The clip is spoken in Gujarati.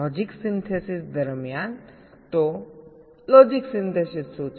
લોજિક સિન્થેસિસ દરમિયાન તો લોજિક સિન્થેસિસ શું છે